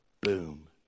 boom